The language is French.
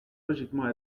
logiquement